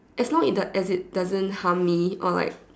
as long it doe~ as it doesn't harm me or like